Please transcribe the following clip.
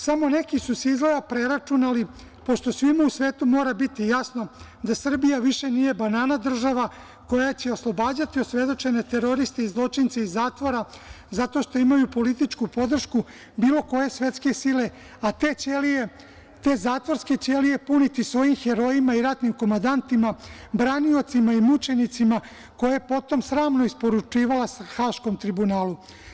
Samo, neki su se, izgleda, preračunali, pošto svima u svetu mora biti jasno da Srbija više nije banana država koja će oslobađati osvedočene teroriste i zločince iz zatvora, zato što imaju političku podršku bilo koje svetske sile, a te ćelije, te zatvorske ćelije puniti svojim herojima i ratnim komandantima, braniocima i mučenicima koje je potom sramno isporučivala Haškom tribunalu.